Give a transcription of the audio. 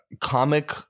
comic